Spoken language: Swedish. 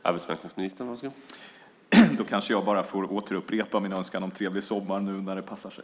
Herr talman! Då kanske jag bara får upprepa min önskan om en trevlig sommar, nu när det passar sig!